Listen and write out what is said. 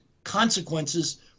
Consequences